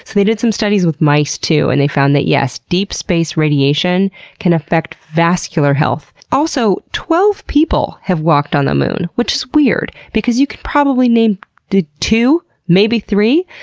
they did some studies with mice too and they found that yes, deep space radiation can affect vascular health. also, twelve people have walked on the moon. which is weird, because you can probably name two, maybe three?